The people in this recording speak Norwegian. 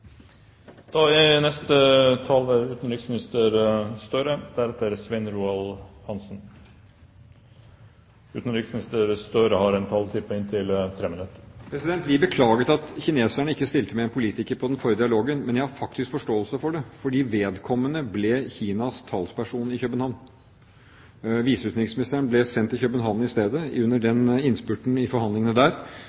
Vi beklaget at kineserne ikke stilte med en politiker på den forrige dialogen, men jeg har faktisk forståelse for det, fordi vedkommende ble Kinas talsperson i København. Viseutenriksministeren ble sendt til København i stedet under innspurten i forhandlingene der. Det er en forklaring som egentlig står til troende. Det var allikevel en god runde. Til de